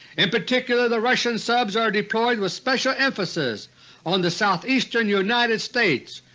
in particular, the russian subs are deployed with special emphasis on the southeastern united states,